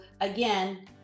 again